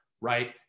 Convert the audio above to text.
right